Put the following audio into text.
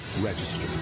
Register